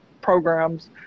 programs